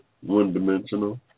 one-dimensional